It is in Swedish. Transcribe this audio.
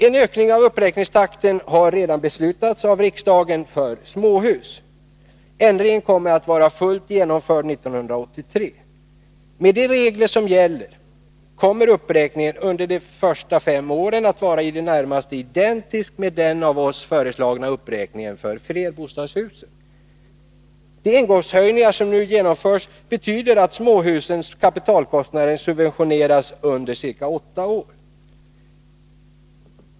En ökning av uppräkningstakten för småhus har redan beslutats av riksdagen. Ändringen kommer att vara fullt genomförd 1983. Med de regler som gäller kommer uppräkningen under de första fem åren att vara i det närmaste identisk med den av oss föreslagna uppräkningen för flerbostadshus. De engångshöjningar som nu genomförs betyder att småhusens kapitalkostnader subventioneras under en period av ca åtta år.